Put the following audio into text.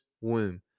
womb